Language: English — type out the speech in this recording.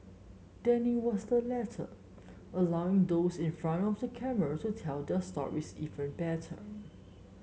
Danny was the latter allowing those in front of the camera to tell their stories even better